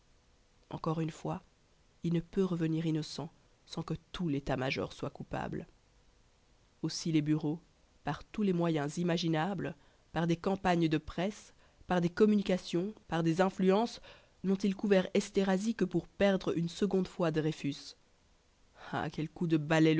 encore une fois il ne peut revenir innocent sans que tout l'état-major soit coupable aussi les bureaux par tous les moyens imaginables par des campagnes de presse par des communications par des influences n'ont-ils couvert esterhazy que pour perdre une seconde fois dreyfus quel coup de balai